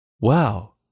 Wow